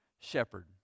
shepherd